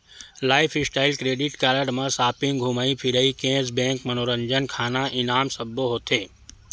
lifestyle credit card म shopping, धूमई फिरई, केस बेंक, मनोरंजन, खाना, इनाम सब्बो होथे